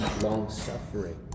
Long-suffering